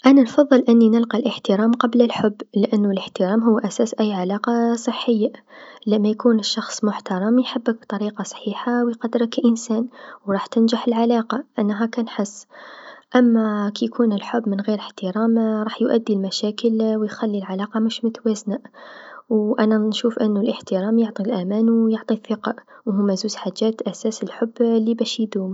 أنا نفضل أني نلقى الإحترام قبل الحب للأنو الإحترام هو أساس أي علاقه صحيه، لما يكون الشخص محترم يحبك بطريقه صحيحه و يقدرك كإنسان و راح تنجح العلاقه أنا هاكا نحس، أما كي يكون الحب من غير إحترام راح يؤذي الى مشاكل و يخلي علاقه مش متوازنه و أنا نشوف أنو الإحترام يعطي الأمان و يعطي ثقه و هوما زوز حاجات أساس الحب لباش دوم.